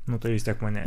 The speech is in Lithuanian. nu tai vis tiek mane